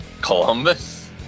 Columbus